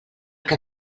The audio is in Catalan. que